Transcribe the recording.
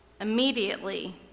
Immediately